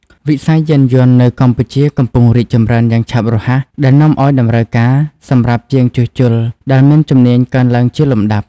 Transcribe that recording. វិស័យយានយន្តនៅកម្ពុជាកំពុងរីកចម្រើនយ៉ាងឆាប់រហ័សដែលនាំឱ្យតម្រូវការសម្រាប់ជាងជួសជុលដែលមានជំនាញកើនឡើងជាលំដាប់។